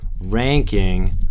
ranking